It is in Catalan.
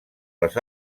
les